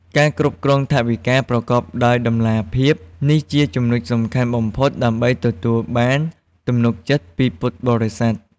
ការគ្រប់គ្រងថវិកាប្រកបដោយតម្លាភាពនេះជាចំណុចសំខាន់បំផុតដើម្បីទទួលបានទំនុកចិត្តពីពុទ្ធបរិស័ទ។